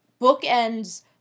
bookends